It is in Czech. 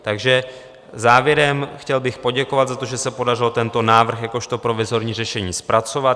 Takže závěrem: chtěl bych poděkovat, za to, že se podařilo tento návrh jakožto provizorní řešení zpracovat.